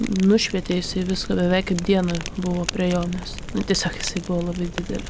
nušvietė jisai viską beveik kaip dieną buvo prie jo nes tiesiog jisai buvo labai didelis